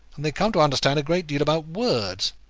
and they come to understand a great deal about words.